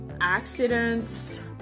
accidents